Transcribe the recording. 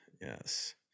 Yes